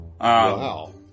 Wow